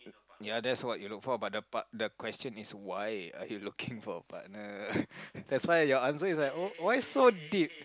ya that's what you look for but the part the question is why are you looking for a partner that's why answer is like oh why so deep